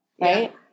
Right